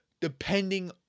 depending